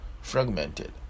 fragmented